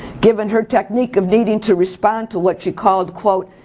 giving her technique of needing to respond to what she called quote,